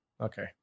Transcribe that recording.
Okay